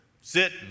sit